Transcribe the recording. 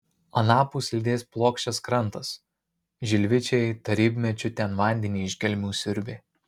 anapus lydės plokščias krantas žilvičiai tarybmečiu ten vandenį iš gelmių siurbė